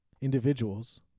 individuals